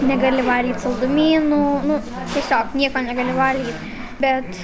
negali valgyt saldumynų nu tiesiog nieko negali valgy bet